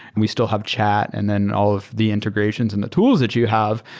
we still have chat and then all of the integrations and the tools that you have.